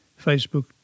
Facebook